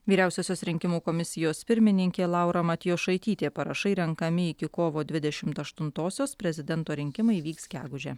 vyriausiosios rinkimų komisijos pirmininkė laura matjošaitytė parašai renkami iki kovo dvidešimt aštuntosios prezidento rinkimai vyks gegužę